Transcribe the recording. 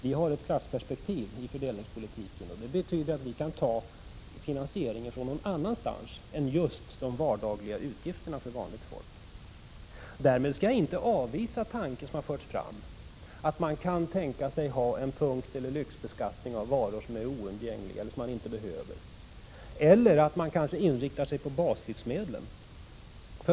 Vi har ett klassperspektiv i fördelningspolitiken, och det betyder att vi kan ta finansieringen någon annanstans än just på de vardagliga utgifterna för vanligt folk. Därmed skall jag inte avvisa tanken som har förts fram på en punkteller lyxbeskattning av varor som är umbärliga eller att man inriktar sig på baslivsmedlen.